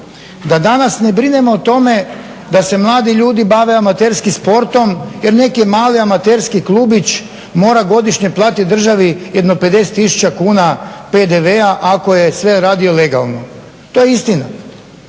da danas ne brinemo o tome da se mladi ljudi bave amaterski sportom jer neki mali amaterski klubić mora godišnje platiti državi jedno 50 tisuća kuna PDV-a ako je sve radio legalno. To je istina.